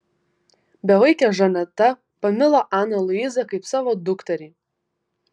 bevaikė žaneta pamilo aną luizą kaip savo dukterį